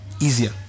easier